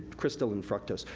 crystalline fructose.